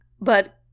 But-